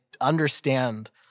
understand